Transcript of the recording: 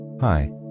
Hi